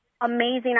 amazing